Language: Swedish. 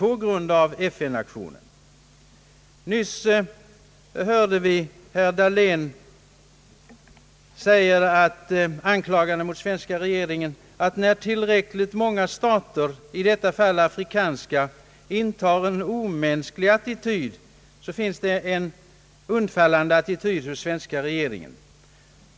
Herr Dahlén anklagade för en stund sedan den svenska regeringen för att den är undfallande, när tillräckligt många stater, i detta fall afrikanska, intar »en omänsklig attityd».